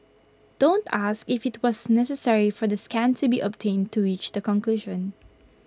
don't ask if IT was necessary for the scan to be obtained to reach the conclusion